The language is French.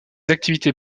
activités